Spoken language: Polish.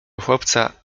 chłopca